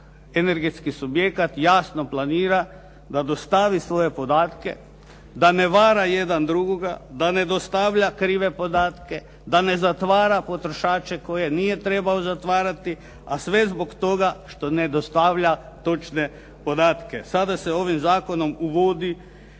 energetski subjekat jasno planira da dostavi svoje podatke, da ne vara jedan drugoga, da ne dostavlja krive podatke, da ne zatvara potrošače koje nije trebao zatvarati, a sve zbog toga što ne dostavlja točne podatke. Sada se ovim zakonom uvodi